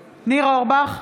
אורבך,